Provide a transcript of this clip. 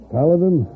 Paladin